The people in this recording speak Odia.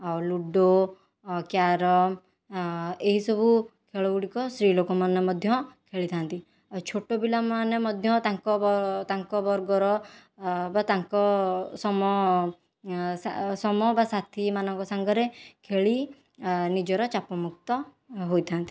ଓ ଲୁଡ଼ୋ କ୍ୟାରମ୍ ଏହିସବୁ ଖେଳ ଗୁଡ଼ିକ ସ୍ତ୍ରୀ ଲୋକମାନେ ମଧ୍ୟ ଖେଳିଥାନ୍ତି ଛୋଟ ପିଲାମାନେ ମଧ୍ୟ ତାଙ୍କ ବର୍ଗର ବା ତାଙ୍କ ସମ ବା ସାଥିମାନଙ୍କ ସାଙ୍ଗରେ ଖେଳି ନିଜର ଚାପମୁକ୍ତ ହୋଇଥାନ୍ତି